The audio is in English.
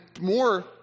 more